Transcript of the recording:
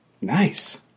Nice